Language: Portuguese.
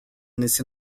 nesse